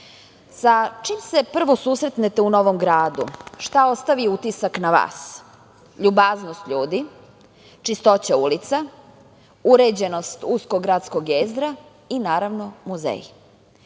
sa čim se prvo susretnete u novom gradu? Šta ostavi utisak na vas? Ljubaznost ljudi, čistoća ulica, uređenost uskog gradskog jezgra i naravno,